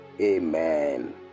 Amen